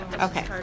Okay